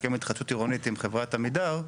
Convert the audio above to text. הסכם התחדשות עירונית עם חברת עמידר.